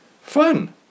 Fun